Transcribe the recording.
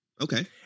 okay